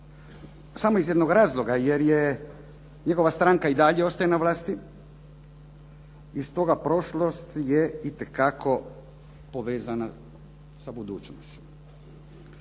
samo iz jednog razloga jer njegova stranka i dalje ostaje na vlasti i stoga prošlost je itekako povezana sa budućnošću.